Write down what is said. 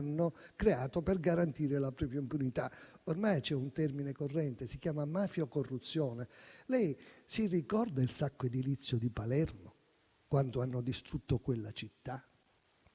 creato per garantire la propria impunità. Ormai c'è un termine corrente, si chiama mafia corruzione. Lei si ricorda il sacco edilizio di Palermo, quando hanno distrutto quella città?